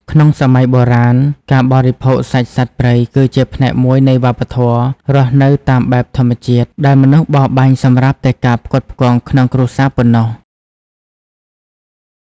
ក្នុងសម័យបុរាណ ការបរិភោគសាច់សត្វព្រៃគឺជាផ្នែកមួយនៃវប្បធម៌រស់នៅតាមបែបធម្មជាតិ ដែលមនុស្សបរបាញ់សម្រាប់តែការផ្គត់ផ្គង់ក្នុងគ្រួសារប៉ុណ្ណោះ។